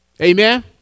Amen